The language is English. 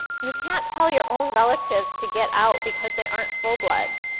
you can't tell your own relatives to get out because they aren't full bloods.